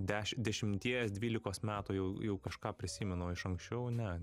dešimt dešimties dvylikos metų jau jau kažką prisimenu iš anksčiau ne